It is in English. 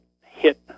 hit